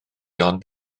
ond